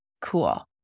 cool